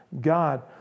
God